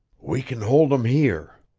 we can hold em here.